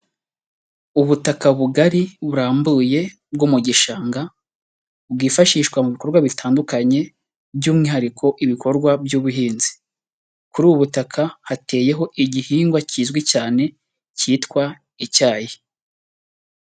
Ubutaka bugari burambuye bwo mu gishanga, bwifashishwa mu bikorwa bitandukanye by'umwihariko ibikorwa by'ubuhinzi, kuri ubu butaka hateyeho igihingwa kizwi cyane, cyitwa icyayi.